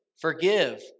forgive